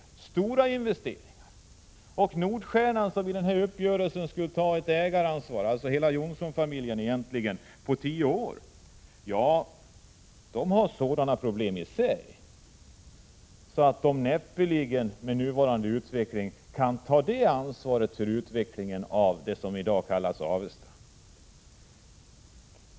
Nordstjernan AB — dvs. egentligen hela Johnson-familjen — som enligt uppgörelsen skulle ta ett ägaransvar för en tioårsperiod har internt sådana problem att företaget näppeligen kan ta ansvar för utvecklingen av det som i dag kallas Avesta.